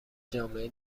جامعه